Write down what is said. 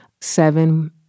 seven